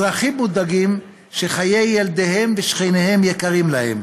אזרחים מודאגים שחיי ילדיהם ושכניהם יקרים להם,